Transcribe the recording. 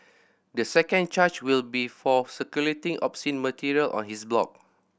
the second charge will be for circulating obscene material on his blog